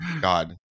god